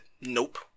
nope